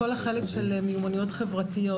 כל החלק של מיומנויות חברתיות,